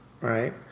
Right